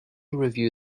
review